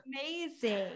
amazing